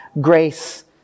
grace